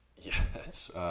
Yes